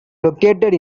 located